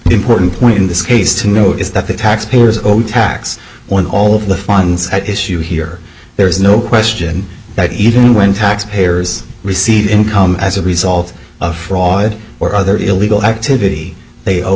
important point in this case to note is that the tax payers own tax on all of the funds at issue here there is no question that even when tax payers receive income as a result of fraud or other illegal activity they o